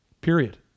Period